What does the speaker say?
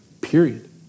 Period